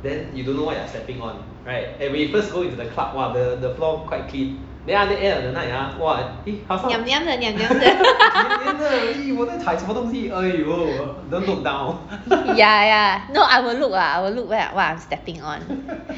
niam niam 的 niam niam 的 ya ya no I will look lah I will look what I'm stepping on